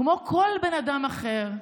כמו כל בן אדם אחר.